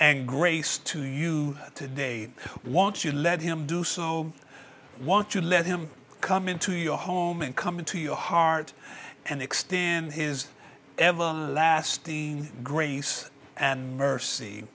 and grace to you today won't you let him do so want to let him come into your home and come into your heart and extend his ever lasting grace and mercy